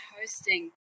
hosting